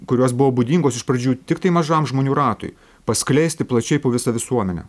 kurios buvo būdingos iš pradžių tiktai mažam žmonių ratui paskleisti plačiai po visą visuomenę